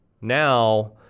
Now